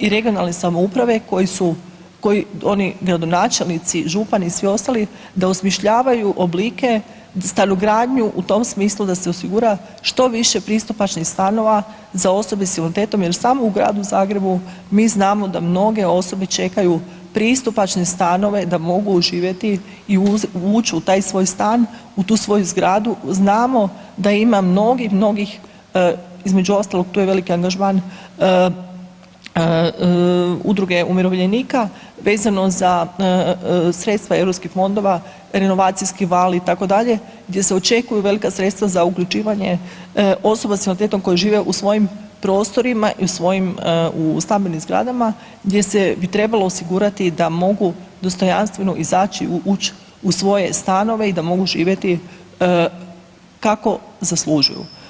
i regionalne samouprave koji su, koji oni gradonačelnici i župani i svi ostali, da osmišljavaju oblike, stanogradnju u tom smislu da se osigura što više pristupačnih stanova za osobe s invaliditetom jer samo u Gradu Zagrebu mi znamo da mnoge osobe čekaju pristupačne stanove da mogu živjeti i ući u taj svoj stan, u tu svoju zgradu, znamo da ima mnogih, mnogih, između ostalog, tu je veliki angažman Udruge umirovljenika vezano za sredstva EU fondova, renovacijski val, itd., gdje se očekuju velika sredstva za uključivanje osoba s invaliditetom koja žive u svojim prostorima i u svojim u stambenim zgradama, gdje se bi trebalo osigurati da mogu dostojanstveno izaći i ući u svoje stanove i da mogu živjeti kako zaslužuju.